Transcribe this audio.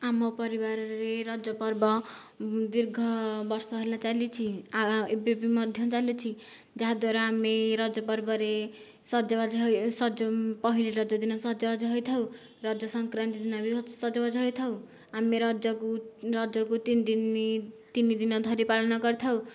ଆମ ପରିବାରରେ ରଜ ପର୍ବ ଦୀର୍ଘ ବର୍ଷ ହେଲା ଚାଲିଛି ଆ ଏବେ ବି ମଧ୍ୟ ଚାଲିଛି ଯାହାଦ୍ଵାରା ଆମେ ରଜପର୍ବରେ ସଜବାଜ ହୋଇ ସଜ ପହିଲି ରଜ ଦିନ ସଜବାଜ ହୋଇଥାଉ ରଜ ସଂକ୍ରାନ୍ତି ଦିନ ବି ସଜବାଜ ହୋଇଥାଉ ଆମେ ରଜକୁ ରଜକୁ ତିନିଦିନି ତିନିଦିନ ଧରି ପାଳନ କରିଥାଉ